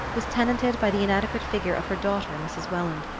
was tenanted by the inadequate figure of her daughter, mrs. welland,